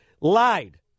lied